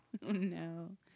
no